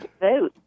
vote